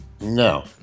No